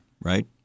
right